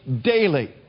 daily